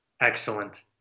excellent